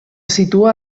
situa